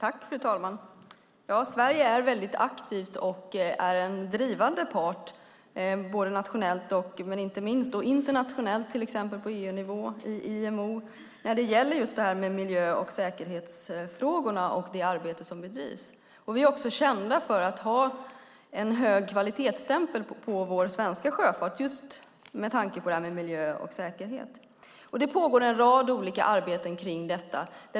Fru talman! Sverige är aktivt och är en drivande part nationellt och internationellt på EU-nivå och i IMO när det gäller miljö och säkerhetsfrågorna. Vi är kända för att ha hög kvalitet på den svenska sjöfarten när det gäller miljö och säkerhet. Det pågår mycket arbete med detta.